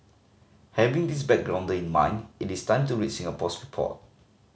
having this backgrounder in mind it is time to read Singapore's report